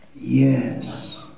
yes